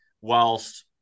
whilst